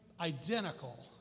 Identical